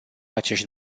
acești